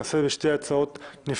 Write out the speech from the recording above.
נעשה את זה בשתי הצעות נפרדות,